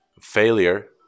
failure